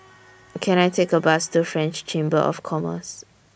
Can I Take A Bus to French Chamber of Commerce